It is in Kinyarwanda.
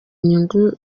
inyungu